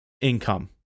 income